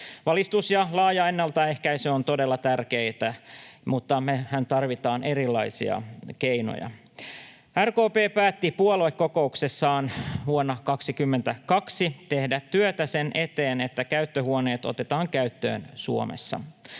Valistus ja laaja ennaltaehkäisy ovat todella tärkeitä, mutta mehän tarvitaan erilaisia keinoja. RKP päätti puoluekokouksessaan vuonna 22 tehdä työtä sen eteen, että käyttöhuoneet otetaan käyttöön Suomessa.